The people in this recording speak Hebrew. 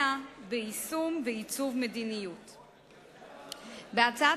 הכנסת, הצעת